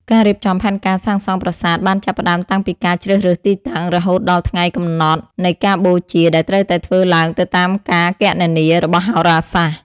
ការរៀបចំផែនការសាងសង់ប្រាសាទបានចាប់ផ្តើមតាំងពីការជ្រើសរើសទីតាំង រហូតដល់ថ្ងៃកំណត់នៃការបូជាដែលត្រូវតែធ្វើឡើងទៅតាមការគណនារបស់ហោរាសាស្ត្រ។